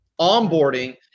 onboarding